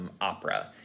Opera